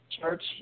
church